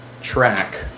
track